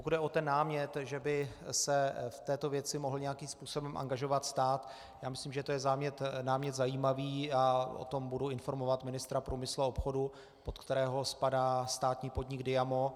Pokud jde o ten námět, že by se v této věci mohl nějakým způsobem angažovat stát, myslím, že to je námět zajímavý, a o tom budu informovat ministra průmyslu a obchodu, pod kterého spadá státní podnik Diamo.